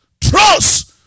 trust